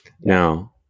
Now